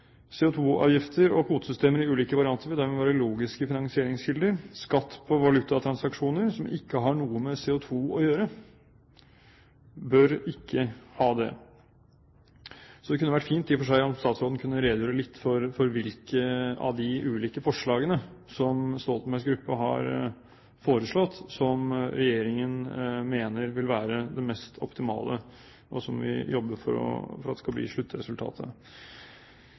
og kvotesystemer i ulike varianter vil dermed være logiske finansieringskilder. Skatt på valutatransaksjoner som ikke har noe med CO2 å gjøre, bør ikke ha det. Så det kunne vært fint i og for seg om statsråden kunne redegjøre litt for hvilke av de ulike forslagene som Stoltenbergs gruppe har foreslått, som regjeringen mener vil være det mest optimale, og som vi jobber for at skal bli sluttresultatet.